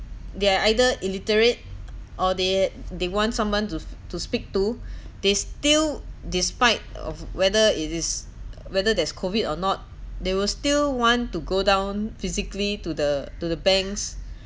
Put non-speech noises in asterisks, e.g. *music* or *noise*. they're either illiterate or they they want someone to to speak to *breath* they still despite of whether it is whether there's COVID or not they will still want to go down physically to the to the banks